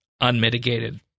unmitigated